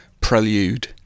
prelude